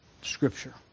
Scripture